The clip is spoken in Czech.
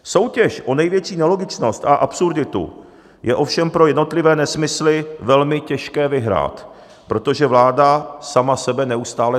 Soutěž o největší nelogičnost a absurditu je ovšem pro jednotlivé nesmysly velmi těžké vyhrát, protože vláda sama sebe neustále trumfuje.